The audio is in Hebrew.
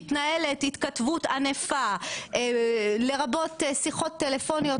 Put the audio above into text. מתנהלת התכתבות ענפה לרבות שיחות טלפוניות